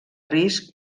risc